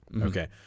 Okay